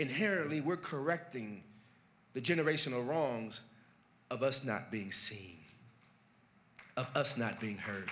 inherently we're correcting the generational wrongs of us not being see us not being h